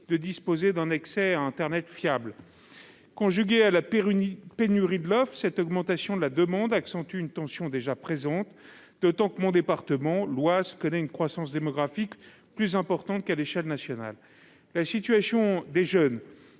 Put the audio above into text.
de disposer d'un accès à internet fiable. Conjuguée à la pénurie de l'offre, cette augmentation de la demande accentue une tension déjà présente. Mon département, l'Oise, connaît, en outre, une croissance démographique plus importante qu'à l'échelle nationale. La situation des jeunes,